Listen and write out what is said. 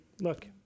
Look